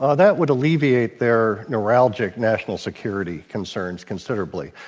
ah that would alleviate their neuralgic national security concerns considerably.